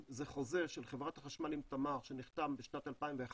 זה חוזה של חברת החשמל עם תמר שנחתם בשנת 2011